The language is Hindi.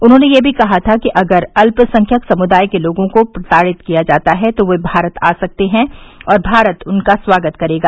उन्होंने यह भी कहा था कि अगर अत्यसंख्यक समुदाय के लोगों को प्रताहित किया जाता है तो ये भारत आ सकते हैं और भारत उनका स्वागत करेगा